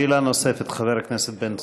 שאלה נוספת, חבר הכנסת בן צור.